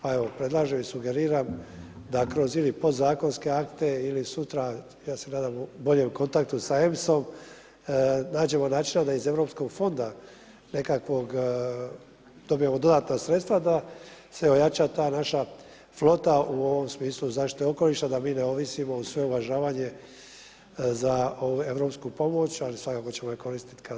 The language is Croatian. Pa evo predlažem i sugeriram da ili kroz pod zakonske akte ili sutra, ja se nadam boljem kontaktu sa EMSA-om nađemo načina da iz europskog fonda nekakvog, dobijem dodatna sredstva da se ojača ta naša flota u ovom smislu zaštite okoliša da mi ne ovisimo uz sve uvažavanje za europsku pomoć, ali svakako ćemo je koristiti kad bude potrebno.